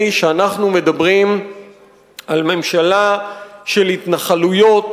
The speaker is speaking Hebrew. שאנחנו מדברים על ממשלה של התנחלויות,